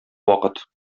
вакыт